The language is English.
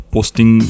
Posting